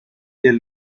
del